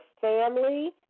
family